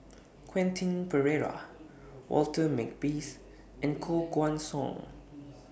Quentin Pereira Walter Makepeace and Koh Guan Song